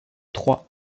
trois